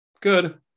good